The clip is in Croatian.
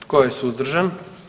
Tko je suzdržan?